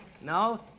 No